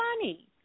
money